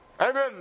Amen